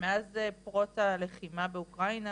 ומאז פרוץ הלחימה באוקראינה,